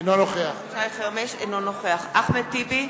אינו נוכח אחמד טיבי,